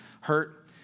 hurt